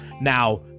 Now